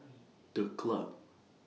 The Club